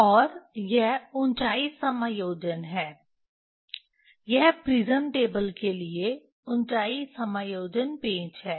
और यह ऊंचाई समायोजन है यह प्रिज्म टेबल के लिए ऊंचाई समायोजन पेंच है